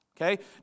Okay